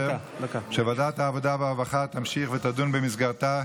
שוועדת העבודה והרווחה תמשיך ותדון במסגרתה